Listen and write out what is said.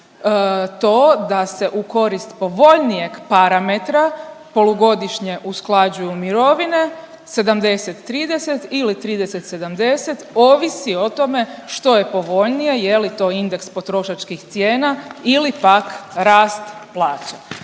to da se u korist povoljnijeg parametra polugodišnje usklađuju mirovine 70 30 ili 30 70 ovisi o tome što je povoljnije je li to indeks potrošačkih cijena ili pak rast plaća.